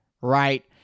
right